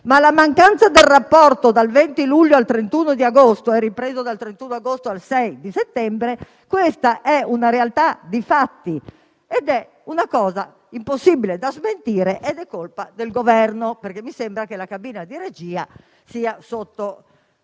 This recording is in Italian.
la mancanza del rapporto dal 20 luglio al 30 agosto, che è ripreso dal 31 agosto al 6 settembre, è una realtà dei fatti; è una cosa impossibile da smentire ed è colpa del Governo, perché mi sembra che la cabina di regia sia sotto